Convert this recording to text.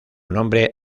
nombre